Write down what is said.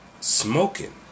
Smoking